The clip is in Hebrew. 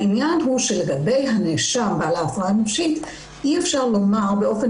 העניין הוא שלגבי הנאשם עם ההפרעה הנפשית אי-אפשר לומר באופן